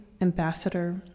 Ambassador